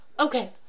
Okay